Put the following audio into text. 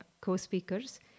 co-speakers